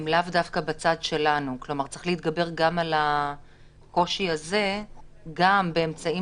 זאת אומרת צריך להתגבר על הקושי הזה גם באמצעים